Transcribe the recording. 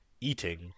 eating